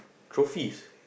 trophies